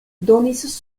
donis